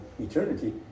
eternity